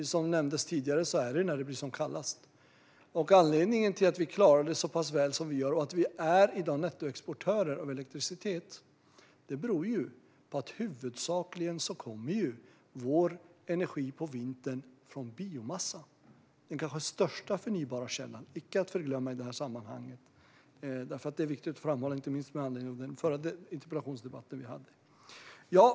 Som nämndes tidigare handlar detta om när det blir som kallast, och anledningen till att vi klarar det så pass väl som vi gör och att vi i dag är nettoexportörer av elektricitet är ju att vår energi på vintern huvudsakligen kommer från biomassa, den kanske största förnybara källan, något som vi inte ska glömma i det här sammanhanget. Det är viktigt att framhålla, inte minst med anledning av den förra interpellationsdebatten vi hade.